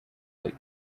they